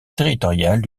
territorial